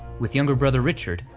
with younger brother richard,